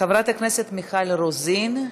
חברת הכנסת מיכל רוזין,